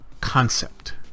concept